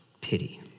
Pity